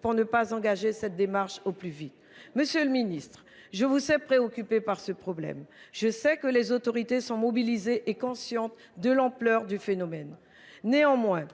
pour ne pas engager cette démarche au plus vite. Monsieur le ministre, je vous sais préoccupé par ce problème. Je sais que les autorités sont mobilisées et conscientes de l’ampleur du phénomène. Néanmoins,